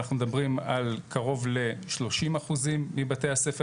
אנחנו מדברים על קרוב ל-30% מבתי הספר